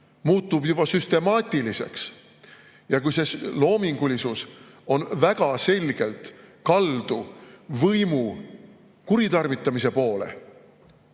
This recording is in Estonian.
muutub juba süstemaatiliseks, kui loomingulisus on väga selgelt kaldu võimu kuritarvitamise poole,